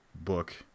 book